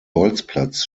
bolzplatz